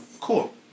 Cool